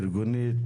ארגונית,